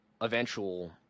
eventual